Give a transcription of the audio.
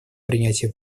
принятию